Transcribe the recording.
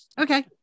Okay